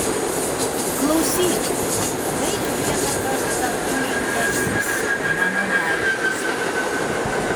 klausyk baik vieną kartą kuitęsis po mano daiktus